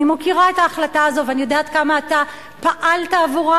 אני מוקירה את ההחלטה הזו ואני יודעת כמה אתה פעלת עבורה.